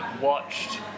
watched